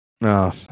No